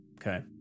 okay